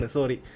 Sorry